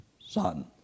son